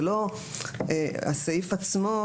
הסעיף עצמו,